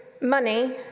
money